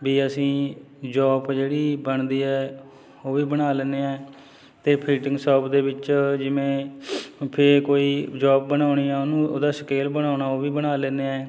ਵੀ ਅਸੀਂ ਜੋਬ ਜਿਹੜੀ ਬਣਦੀ ਹੈ ਉਹ ਵੀ ਬਣਾ ਲੈਂਦੇ ਹਾਂ ਅਤੇ ਫਿਟਿੰਗ ਸ਼ੋਪ ਦੇ ਵਿੱਚ ਜਿਵੇਂ ਵੀ ਕੋਈ ਜੋਬ ਬਣਾਉਣੀ ਆ ਉਹਨੂੰ ਉਹਦਾ ਸਕੇਲ ਬਣਾਉਣਾ ਉਹ ਵੀ ਬਣਾ ਲੈਂਦੇ ਹਾਂ